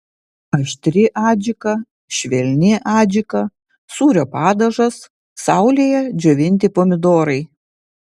aštri adžika švelni adžika sūrio padažas saulėje džiovinti pomidorai